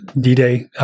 D-Day